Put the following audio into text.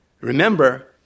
Remember